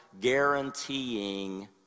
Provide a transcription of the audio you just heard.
guaranteeing